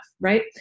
Right